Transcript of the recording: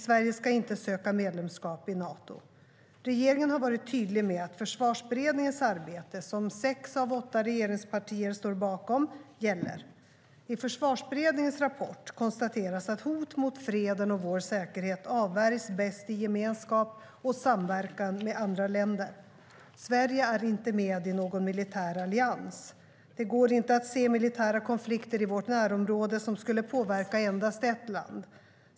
Sverige ska inte söka medlemskap i Nato.Regeringen har varit tydlig med att Försvarsberedningens arbete, som sex av åtta riksdagspartier står bakom, gäller. I Försvarsberedningens rapport konstateras att hot mot freden och vår säkerhet avvärjs bäst i gemenskap och samverkan med andra länder. Sverige är inte med i någon militär allians. Det går inte att se militära konflikter i vårt närområde som skulle påverka endast ett land.